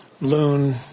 Loon